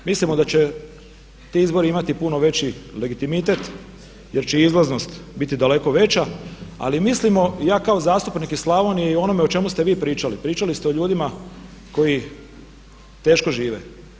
Mislimo da će ti izbori imati puno veći legitimitet jer će izlaznost biti daleko veća ali mislimo, ja kao zastupnik iz Slavonije i o onome o čemu ste vi pričali, pričali ste o ljudima koji teško žive.